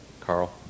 Carl